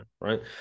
right